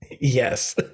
Yes